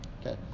Okay